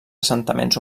assentaments